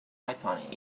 python